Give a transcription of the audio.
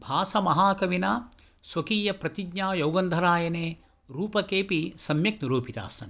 भासमहाकविना स्वकीयप्रतिज्ञायोगन्धरायणे रूपकेऽपि सम्यक् निरूपितास्सन्ति